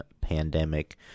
pandemic